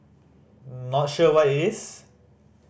not sure what it is